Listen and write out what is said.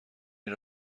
این